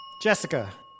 Jessica